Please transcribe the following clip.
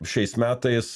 šiais metais